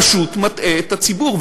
פשוט מטעה את הציבור.